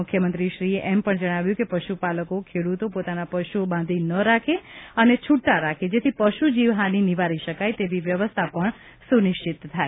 મુખ્યમંત્રીશ્રીએ એમ પણ જણાવ્યું કે પશુપાલકો ખેડૂતો પોતાના પશુઓ બાંધી ન રાખે અને છૂટા રાખે જેથી પશુજીવ હાનિ નિવારી શકાય તેવી વ્યવસ્થા પણ સુનિશ્ચિત થાય